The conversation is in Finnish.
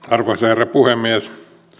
arvoisa herra puhemies